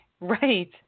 right